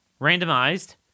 randomized